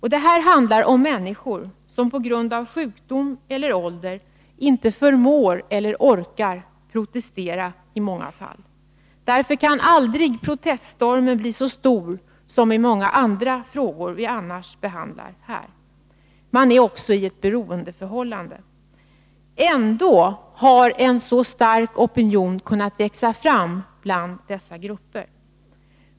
Det här handlar om människor, som i många fall på grund av sjukdom eller ålder inte förmår eller orkar protestera. Därför kan aldrig proteststormen bli så stor som i många andra frågor, som vi annars behandlar här. Människorna är också i ett beroendeförhållande. Ändå har en mycket stark opinion kunnat växa fram bland dessa grupper.